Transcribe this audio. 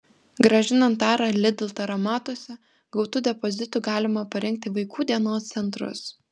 grąžinant tarą lidl taromatuose gautu depozitu galima paremti vaikų dienos centrus